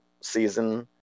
season